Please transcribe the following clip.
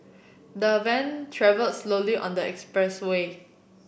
the van travel slowly on the expressway